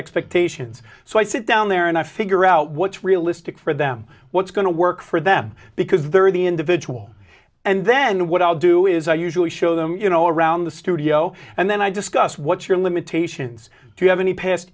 expectations so i sit down there and i figure out what's realistic for them what's going to work for them because there are the individual and then what i'll do is i usually show them you know around the studio and then i discuss what's your limitations do you have any past